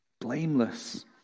Blameless